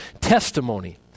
testimony